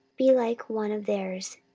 be like one of their's,